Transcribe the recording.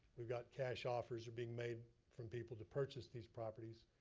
we've got cash offers are being made from people to purchase these properties.